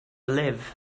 live